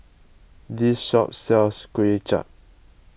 this shop sells Kuay Chap